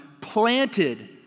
planted